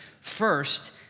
first